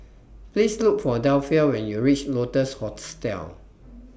Please Look For Delphia when YOU REACH Lotus Hostel